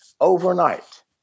overnight